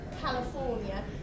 California